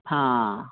हां